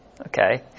Okay